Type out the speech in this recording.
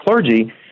clergy